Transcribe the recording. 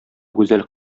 гүзәл